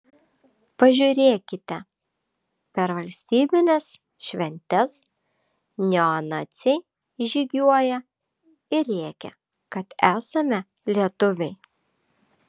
pažiūrėkite per valstybines šventes neonaciai žygiuoja ir rėkia kad esame lietuviai